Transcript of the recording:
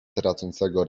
tracącego